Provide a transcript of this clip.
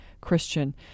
Christian